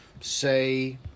say